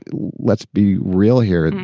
let's be real here.